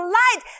light